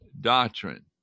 doctrine